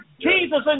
Jesus